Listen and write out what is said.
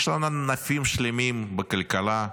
יש לנו ענפים שלמים בכלכלה,